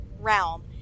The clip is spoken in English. realm